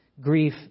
Grief